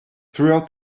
throughout